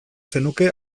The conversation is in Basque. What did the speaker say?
zenuke